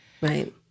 right